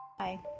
Hi